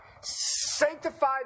Sanctify